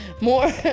more